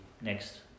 next